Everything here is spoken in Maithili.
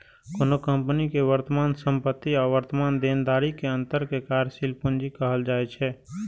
कोनो कंपनी के वर्तमान संपत्ति आ वर्तमान देनदारी के अंतर कें कार्यशील पूंजी कहल जाइ छै